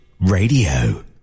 Radio